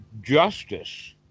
justice